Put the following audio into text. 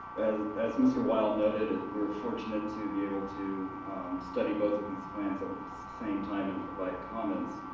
as as mr. weil noted, we're fortunate to be able to study both of these plans at the same time and provide comments.